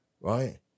right